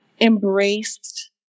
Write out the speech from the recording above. embraced